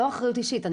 לא אחריות אישית.